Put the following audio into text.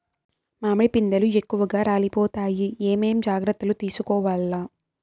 మామిడి పిందెలు ఎక్కువగా రాలిపోతాయి ఏమేం జాగ్రత్తలు తీసుకోవల్ల?